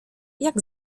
jak